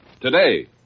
Today